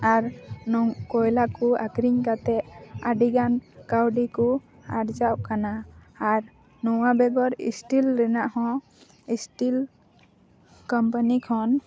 ᱟᱨ ᱱᱚᱝ ᱠᱚᱭᱞᱟ ᱠᱚ ᱟᱹᱠᱷᱨᱤᱧ ᱠᱟᱛᱮᱫ ᱟᱹᱰᱤᱜᱟᱱ ᱠᱟᱹᱣᱰᱤ ᱠᱚ ᱟᱨᱡᱟᱣᱚᱜ ᱠᱟᱱᱟ ᱟᱨ ᱱᱚᱶᱟ ᱵᱮᱜᱚᱨ ᱤᱥᱴᱤᱞ ᱨᱮᱱᱟᱜ ᱦᱚᱸ ᱤᱥᱴᱤᱞ ᱠᱳᱢᱯᱟᱱᱤ ᱠᱷᱚᱱ